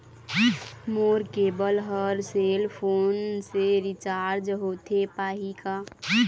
मोर cable हर cell phone से recharge होथे पाही का?